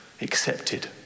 accepted